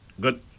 Good